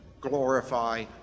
glorify